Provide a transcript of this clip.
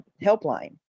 helpline